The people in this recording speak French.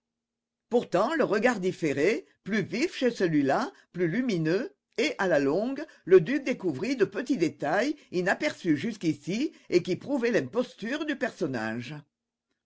pourtant le regard différait plus vif chez celui-là plus lumineux et à la longue le duc découvrit de petits détails inaperçus jusqu'ici et qui prouvaient l'imposture du personnage